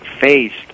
faced